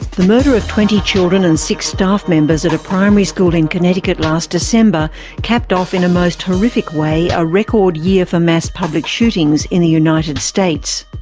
the murder of twenty children and six staff members at a primary school in connecticut last december capped off in a most horrific way a record year for mass public shootings in the united states.